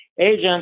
agent